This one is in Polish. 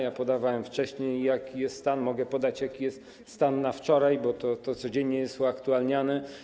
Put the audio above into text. Ja podawałem wcześniej, jaki jest stan, mogę podać, jaki jest stan na wczoraj, bo to codziennie jest uaktualnianie.